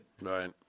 Right